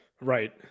Right